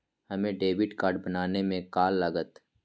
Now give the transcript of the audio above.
हमें debit card बनाने में का लागत?